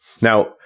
Now